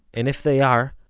and if they are,